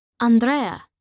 Andrea